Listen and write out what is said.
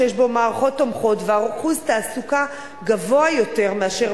שיש בו מערכות תומכות ואחוז התעסוקה גבוה יותר מאשר בישראל,